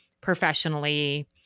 professionally